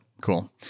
cool